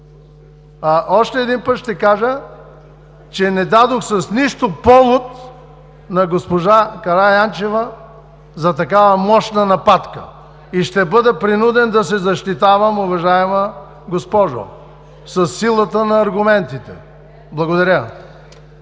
Още един път ще кажа, че не дадох с нищо повод на госпожа Караянчева за такава мощна нападка и ще бъда принуден да се защитавам, уважаема госпожо, със силата на аргументите. Благодаря.